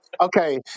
okay